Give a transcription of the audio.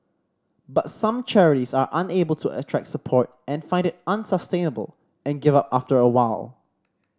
but some charities are unable to attract support and find it unsustainable and give up after a while